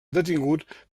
detingut